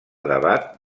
debat